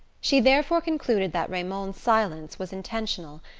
she therefore concluded that raymond's silence was intentional,